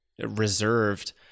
reserved